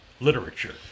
literature